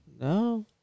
No